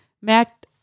merkt